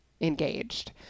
engaged